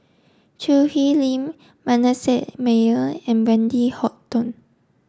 Choo Hwee Lim Manasseh Meyer and Wendy Hutton